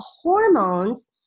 hormones